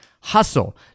hustle